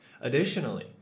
Additionally